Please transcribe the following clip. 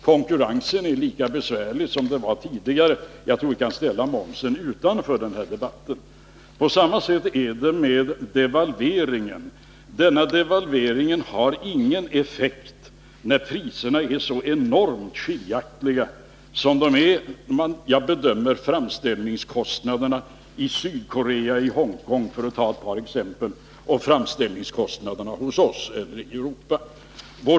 Konkurrensen är lika besvärlig som den var tidigare — jag tror att vi kan hålla momsen utanför den här debatten. På samma sätt är det med devalveringen. Denna har ingen effekt, när priserna är så enormt skiljaktiga som de är. Jag tänker då på framställningskostnaderna i Sydkorea och Hongkong — för att ta ett par exempel — jämfört med framställningskostnaderna hos oss eller i Europa.